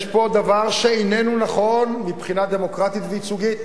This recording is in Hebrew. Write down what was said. יש פה דבר שאיננו נכון מבחינה דמוקרטית וייצוגית.